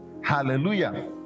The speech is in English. Hallelujah